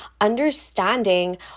understanding